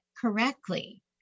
correctly